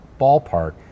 ballpark